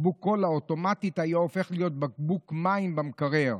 בקבוק קולה אוטומטית היה הופך להיות בקבוק מים במקרר,